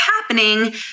happening